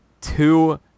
two